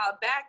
back